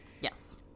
Yes